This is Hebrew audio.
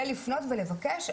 ולפנות ולבקש,